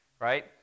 right